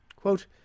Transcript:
Quote